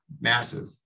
massive